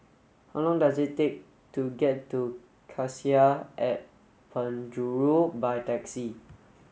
how long does it take to get to Cassia at Penjuru by taxi